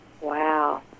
Wow